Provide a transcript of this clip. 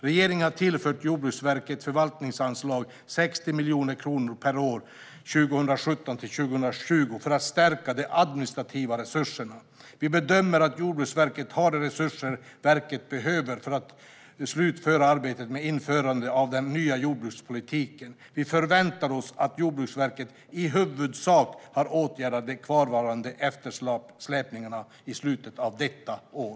Regeringen har tillfört Jordbruksverkets förvaltningsanslag 60 miljoner kronor per år 2017-2020 för att stärka de administrativa resurserna. Vi bedömer att Jordbruksverket har de resurser verket behöver för att slutföra arbetet med införandet av den nya jordbrukspolitiken. Vi förväntar oss att Jordbruksverket i huvudsak har åtgärdat de kvarvarande eftersläpningarna i slutet av detta år.